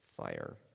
fire